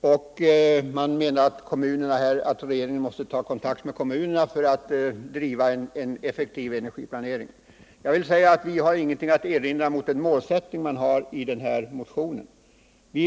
Socialdemokraterna anför i motionen U:3 att regeringen måste ta kontakt med kommunerna för att driva en effektiv energiplanering. Vi har ingenting att erinra mot den målsättning man har i motionen.